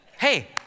Hey